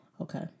Okay